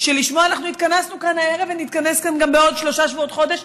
שלשמו אנחנו התכנסנו כאן הערב ונתכנס כאן גם בעוד שלושה שבועות חודש,